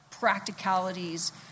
Practicalities